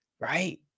right